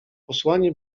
posłanie